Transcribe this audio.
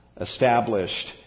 established